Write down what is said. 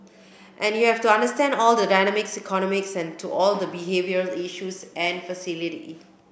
and you have to understand all the dynamics ergonomics and to all the behavioural issues and facilitate it